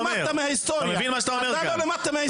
אתם לא למדתם היסטוריה, אתה לא למדת מההיסטוריה.